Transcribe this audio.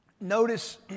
Notice